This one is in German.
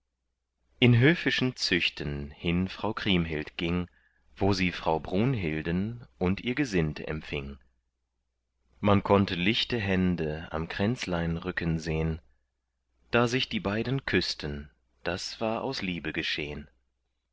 in höfischen züchten hin frau kriemhild ging wo sie frau brunhilden und ihr gesind empfing man konnte lichte hände am kränzlein rücken sehn da sich die beiden küßten das war aus liebe geschehn